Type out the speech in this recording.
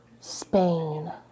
Spain